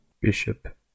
bishop